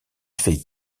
fait